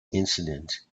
incident